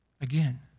Again